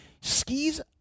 skis